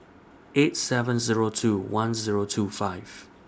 eight seven Zero two one Zero two five